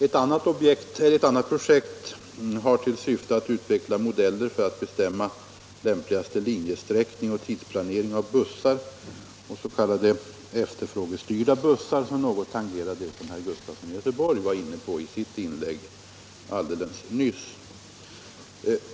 Ytterligare ett projekt har till syfte att utveckla modeller för att bestämma lämpligaste linjesträckning och tidsplanering av bussar, s.k. efterfrågestyrda bussar, en fråga som herr Gustafson alldeles nyss tangerade i sitt inlägg.